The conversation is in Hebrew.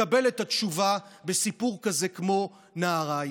מקבל את התשובה בסיפור כזה כמו נהריים.